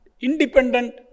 independent